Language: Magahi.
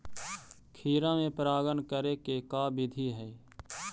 खिरा मे परागण करे के का बिधि है?